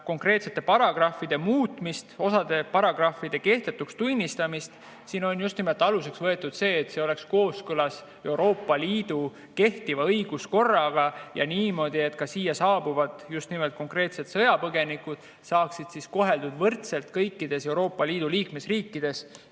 konkreetsete paragrahvide muutmist, osa paragrahvide kehtetuks tunnistamist. Siin on just nimelt aluseks võetud see, et see oleks kooskõlas Euroopa Liidu kehtiva õiguskorraga ja niimoodi, et ka siia saabuvad just nimelt konkreetselt sõjapõgenikud saaksid koheldud võrdselt kõikides Euroopa Liidu liikmesriikides.